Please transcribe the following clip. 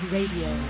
Radio